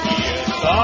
Yes